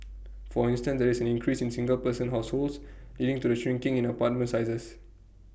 for instance there is increase in single person households leading to the shrinking in apartment sizes